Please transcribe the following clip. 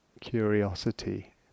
curiosity